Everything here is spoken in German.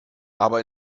aber